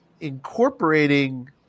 incorporating